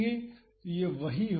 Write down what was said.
तो वो यह होगा